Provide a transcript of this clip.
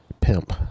pimp